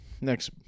Next